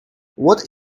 what